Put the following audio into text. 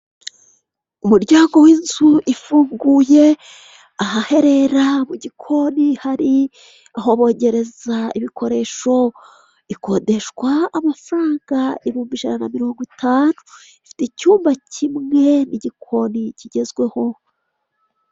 Umuryango w'inzu ifunguye, ahahera mu gikoni hari aho bogereza ibikoresho. Ìkodeshwa amafaranga ibihumbi ijana mirongo itanu. Ifite icyumba kimwe n'igikoni kigezweho.